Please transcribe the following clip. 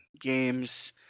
games